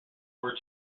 were